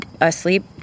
asleep